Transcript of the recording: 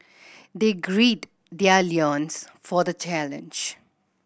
they grid their loins for the challenge